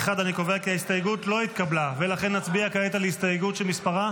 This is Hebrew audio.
חברי הכנסת בנימין